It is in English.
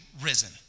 risen